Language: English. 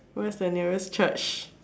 where's the nearest Church